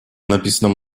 написано